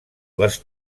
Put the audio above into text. les